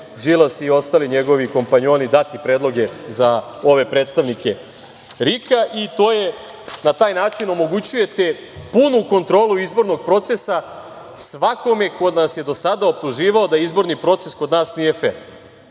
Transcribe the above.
Đilas i ostali njegovi kompanjoni dati predloge za ove predstavnike RIK-a. Na taj način omogućujete punu kontrolu izbornog procesa svakome ko nas je do sada optuživao da izborni proces kod nas nije fer